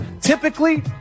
typically